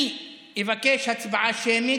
אני אבקש הצבעה שמית.